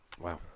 Wow